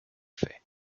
faits